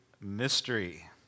mystery